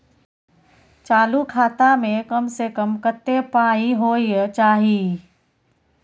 चालू खाता में कम से कम कत्ते पाई होय चाही?